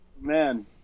Man